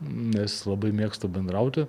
nes labai mėgstu bendrauti